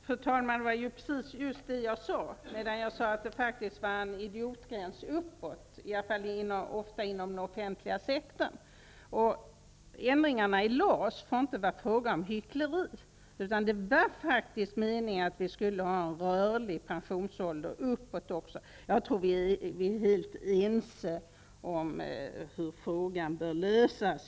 Fru talman! Det var precis det jag sade. Jag sade att det faktiskt är en idiotgräns uppåt, åtminstone ofta inom den offentliga sektorn. Ändringarna i LAS får inte vara fråga om hyckleri. Det var faktiskt meningen att vi skulle ha en rörlig pensionsålder uppåt också. Jag tror att vi är helt ense om hur frågan bör lösas.